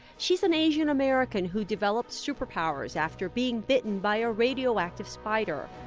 she's an asian american who developed super powers after being bitten by a radioactive spider.